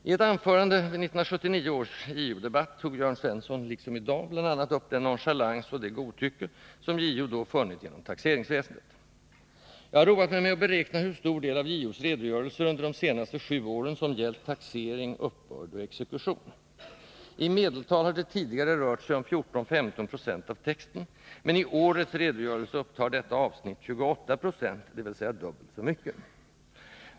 I ett anförande vid 1979 års JO-debatt tog Jörn Svensson, liksom i dag, bl.a. upp den nonchalans och det godtycke som JO då funnit inom Nr 23 taxeringsväsendet. Jag har roat mig med att beräkna hur stor del av JO:s Onsdagen den redogörelser under de senaste sju åren, som gällt ”taxering, uppbörd och 10 november 1982 exekution”. I medeltal har det tidigare rört sig om 14—15 92 av texten, men i årets redogörelse upptar detta avsnitt 28 20, dvs. dubbelt så mycket.